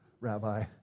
Rabbi